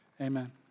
Amen